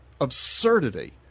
absurdity